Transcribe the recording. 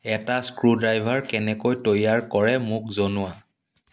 এটা স্ক্ৰুড্ৰাইভাৰ কেনেকৈ তৈয়াৰ কৰে মোক জনোৱা